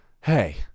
Hey